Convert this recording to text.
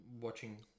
watching